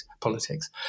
politics